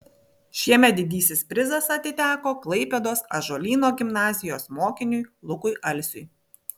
šiemet didysis prizas atiteko klaipėdos ąžuolyno gimnazijos mokiniui lukui alsiui